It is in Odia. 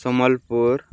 ସମ୍ବଲପୁର